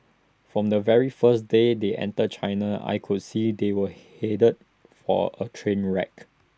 from the very first day they entered China I could see they were headed for A train wreck